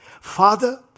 Father